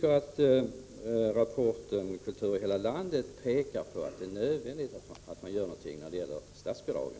Rapporten Kultur i hela landet pekar på att det är nödvändigt att man gör någonting när det gäller statsbidragen.